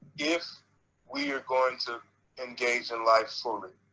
if we are going to engage in life fully.